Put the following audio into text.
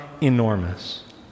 enormous